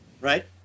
Right